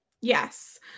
Yes